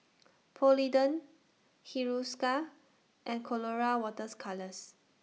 Polident Hiruscar and Colora Water's Colours